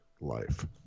life